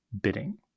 bidding